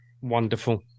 Wonderful